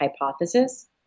hypothesis